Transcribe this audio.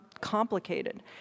complicated